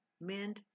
Mend